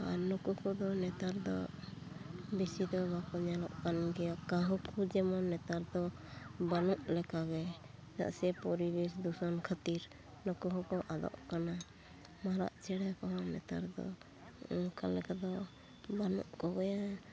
ᱱᱩᱠᱩ ᱠᱚᱫᱚ ᱱᱮᱛᱟᱨ ᱫᱚ ᱵᱤᱥᱤ ᱫᱚ ᱵᱟᱠᱚ ᱧᱮᱞᱚᱜ ᱠᱟᱱ ᱜᱮᱭᱟ ᱠᱟᱺᱦᱩ ᱠᱚ ᱡᱮᱢᱚᱱ ᱱᱮᱛᱟᱨ ᱫᱚ ᱵᱟᱹᱱᱩᱜ ᱞᱮᱠᱟ ᱜᱮ ᱪᱮᱫᱟᱜ ᱥᱮ ᱯᱚᱨᱤᱵᱮᱥ ᱫᱩᱥᱚᱱ ᱠᱷᱟᱹᱛᱤᱨ ᱱᱩᱠᱩ ᱦᱚᱸᱠᱚ ᱟᱫᱚᱜ ᱠᱟᱱᱟ ᱢᱟᱨᱟᱫ ᱪᱮᱬᱮ ᱠᱚᱦᱚᱸ ᱱᱮᱛᱟᱨ ᱫᱚ ᱚᱱᱠᱟ ᱞᱮᱠᱟ ᱫᱚ ᱵᱟᱹᱱᱩᱜ ᱠᱚᱜᱮᱭᱟ